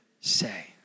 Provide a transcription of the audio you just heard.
say